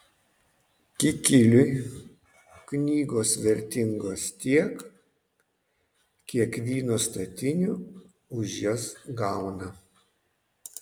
kikiliui knygos vertingos tiek kiek vyno statinių už jas gauna